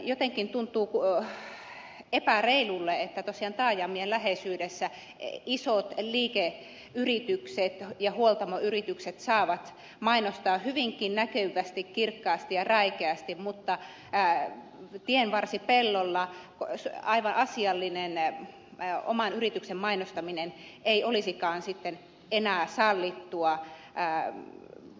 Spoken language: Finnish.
jotenkin tuntuu epäreilulta että tosiaan taajamien läheisyydessä isot liikeyritykset ja huoltamoyritykset saavat mainostaa hyvinkin näkyvästi kirkkaasti ja räikeästi mutta tienvarsipellolla aivan asiallinen oman yrityksen mainostaminen ei olisikaan sitten enää sallittua